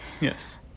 yes